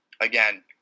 Again